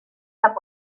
cap